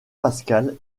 pascal